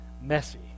messy